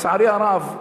לצערי הרב,